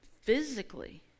physically